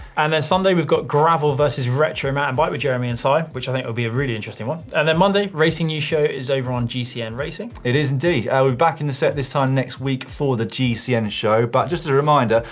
and then sunday we've got gravel versus retro mountain bike, with jeremy and so si, which i think will be a really interesting one. and then monday, racing news show is over on gcn racing. it is indeed. we're back in the set this time next week, for the gcn show, but just as a reminder,